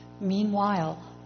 Meanwhile